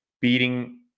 beating –